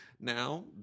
Now